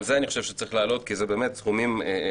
את זה אני חושב שצריך להעלות כי זה באמת סכומים מצחיקים.